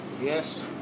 Yes